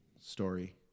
story